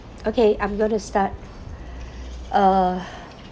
okay I'm going to start uh